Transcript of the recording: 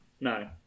No